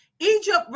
Egypt